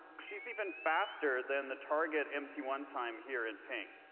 she's even faster than the target m t one time here in pink.